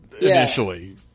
initially